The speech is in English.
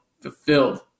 fulfilled